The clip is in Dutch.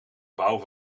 bouw